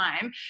time